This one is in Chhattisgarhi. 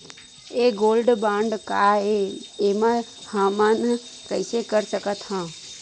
ये गोल्ड बांड काय ए एमा हमन कइसे कर सकत हव?